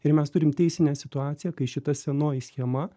ir mes turim teisinę situaciją kai šita senoji schema